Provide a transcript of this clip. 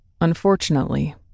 Unfortunately